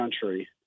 country